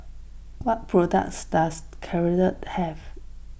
what products does Caltrate have